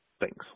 Thanks